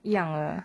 一样的